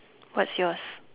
what's yours